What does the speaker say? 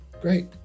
Great